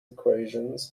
equations